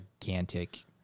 gigantic